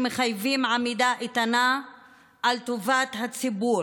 שמחייבים עמידה איתנה על טובת הציבור